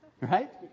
right